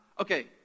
Okay